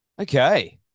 okay